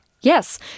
Yes